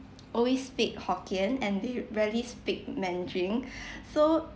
always speak hokkien and they rarely speak mandarin so